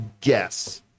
guess